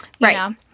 Right